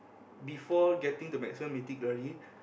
before getting to maximum Mythic-Glory